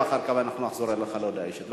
ואחר כך נחזור אליך להודעה אישית.